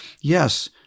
Yes